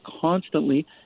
constantly